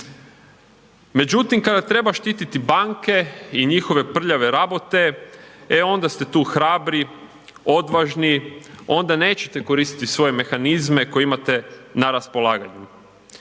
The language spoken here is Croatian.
Međutim, kada treba štititi banke i njihove prljave rabote e onda ste tu hrabri, odvažni, onda nećete koristiti svoje mehanizme koje imate na raspolaganju.